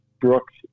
Brooks